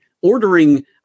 ordering